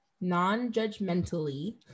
non-judgmentally